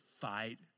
fight